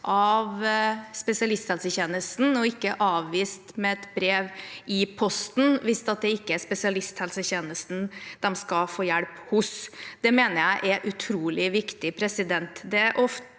av spesialisthelsetjenesten og ikke avvist med et brev i posten, hvis det ikke er i spesialisthelsetjenesten de skal få hjelp. Det mener jeg er utrolig viktig. Ofte